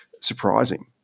surprising